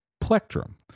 plectrum